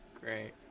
Great